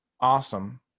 Awesome